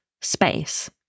space